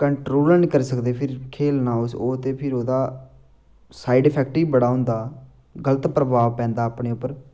control गै नेईं करी सकदे फिर खेलना ओह् ते फिर ओह्दा साइड इफेक्ट बी बड़ा होंदा गल्त प्रभाव पैंदा अपने उप्पर